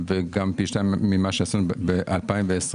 וגם פי שניים ממה שעשינו ב-2020.